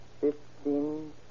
fifteen